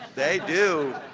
they do.